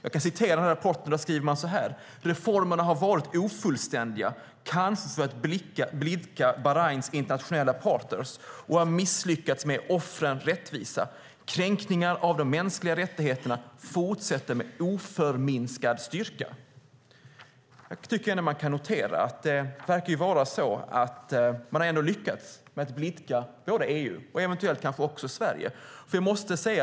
I rapporten skriver man: Reformerna har varit ofullständiga, kanske för att blidka Bahrains internationella partner, och har misslyckats med att ge offren rättvisa. Kränkningar av de mänskliga rättigheterna fortsätter med oförminskad styrka. Man verkar dock ha lyckats med att blidka EU och kanske även Sverige.